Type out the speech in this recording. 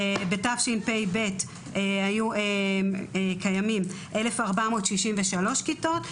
בתשפ"ב היו קיימות 1,463 כיתות,